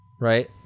right